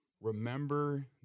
Remember